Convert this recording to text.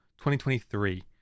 2023